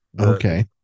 Okay